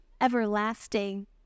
everlasting